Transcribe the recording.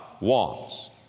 wants